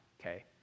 okay